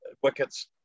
wickets